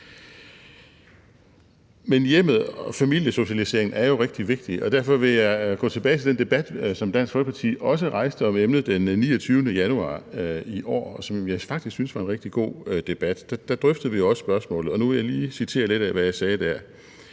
Hjemmet og familiesocialisering er jo rigtig vigtigt, og derfor vil jeg gå tilbage til den debat, som Dansk Folkeparti også rejste om emnet den 29. januar i år, og som jeg faktisk syntes var en rigtig god debat. Der drøftede vi også spørgsmålet, og nu vil jeg lige citere lidt af, hvad jeg sagde der.